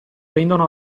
rendono